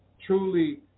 truly